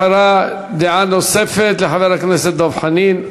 אחריה, דעה נוספת לחבר הכנסת דב חנין.